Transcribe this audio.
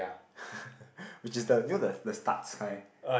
ppo which is the you know the the studs kind